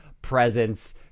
presence